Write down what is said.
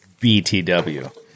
BTW